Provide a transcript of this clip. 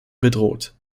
bedroht